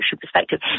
perspective